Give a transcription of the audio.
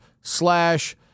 slash